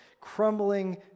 crumbling